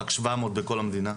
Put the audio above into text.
רק 700 בכל המדינה.